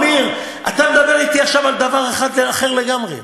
עמיר, אתה מדבר אתי עכשיו על דבר אחר לגמרי.